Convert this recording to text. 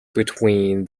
between